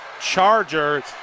Chargers